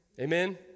amen